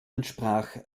entsprach